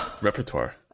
repertoire